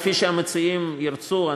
כפי שהמציעים ירצו.